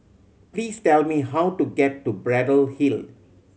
please tell me how to get to Braddell Hill